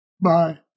Bye